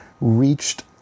reached